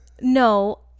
no